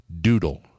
Doodle